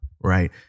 right